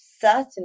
certain